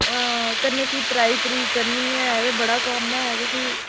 हां कन्नै फ्ही तराई तरूई करनी ऐ बड़ा कम्म ऐ ते फ्ही